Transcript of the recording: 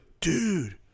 dude